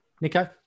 Nico